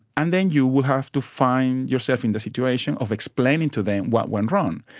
and then you will have to find yourself in the situation of explaining to them what went wrong.